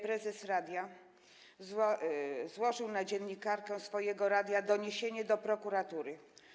Prezes radia złożył na dziennikarkę swojego radia doniesienie do prokuratury.